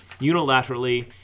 unilaterally